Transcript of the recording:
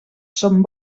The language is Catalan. són